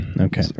Okay